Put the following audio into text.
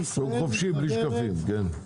שוק חופשי בלי שקפים, כן.